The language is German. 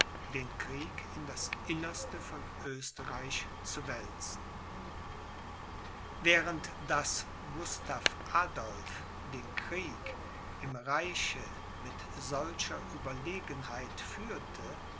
den krieg in das innerste von oesterreich zu wälzen während daß gustav adolph den krieg im reiche mit solcher ueberlegenheit führte